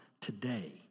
today